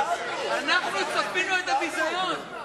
שאלנו את נתניהו, אנחנו צפינו את הביזיון.